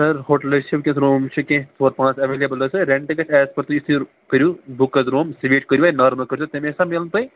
سَر ہوٹلَس چھِ وُنۍکیٚنس روٗمٕز چھِ کیٚنٛہہ ژور پانٛژھ ایٚویلبٕل حظ سَر رینٛٹ گَژھِ ایٚز پٔر تُہۍ یِتھٕ پٲٹھۍ کٔرِو بُک حظ روٗم سویٖٹ کٔروٕ نارمَل کٔروٕ تَمے حِساب میلوٕ تۅہہِ